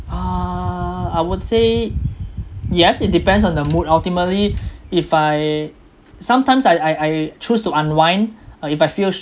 uh I would say yes it depends on the mood ultimately if I sometimes I I I choose to unwind uh if I feel